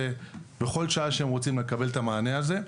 בכל שעה שהם רוצים לקבל את המענה הזה.